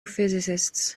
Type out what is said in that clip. physicists